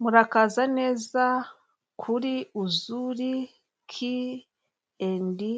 Murakaza neza kuri UZURI ki endi